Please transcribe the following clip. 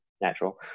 natural